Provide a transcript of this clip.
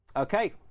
Okay